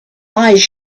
eyes